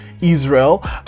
Israel